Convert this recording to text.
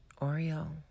Oriole